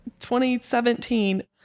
2017